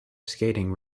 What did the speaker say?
skating